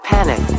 Panic